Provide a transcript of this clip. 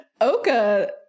Oka